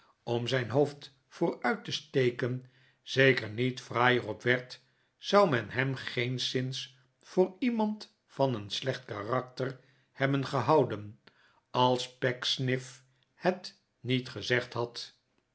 om zijn hoofd vooruit te steken zeker niet fraaier op werd zou men hem geenszins voor iemand van een slecht karakter hebben gehouden als pecksniff het niet gezegd had